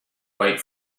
wait